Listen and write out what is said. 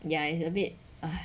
ya it's a bit